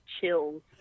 chills